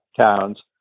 towns